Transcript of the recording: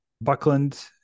Buckland